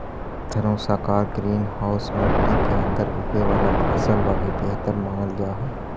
धनुषाकार green house मट्टी के अंदर उगे वाला फसल लगी बेहतर मानल जा हइ